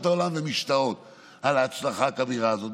העולם ומשתאות על ההצלחה הכבירה הזאת,